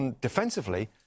defensively